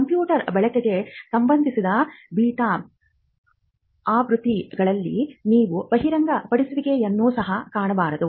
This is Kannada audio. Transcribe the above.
ಕಂಪ್ಯೂಟರ್ ಬಳಕೆಗೆ ಸಂಬಂಧಿಸಿದ ಬೀಟಾ ಆವೃತ್ತಿಗಳಲ್ಲಿ ನೀವು ಬಹಿರಂಗಪಡಿಸುವಿಕೆಯನ್ನು ಸಹ ಕಾಣಬಹುದು